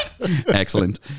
Excellent